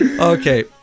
okay